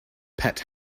pet